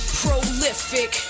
prolific